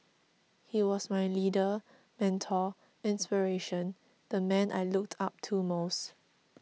he was my leader mentor inspiration the man I looked up to most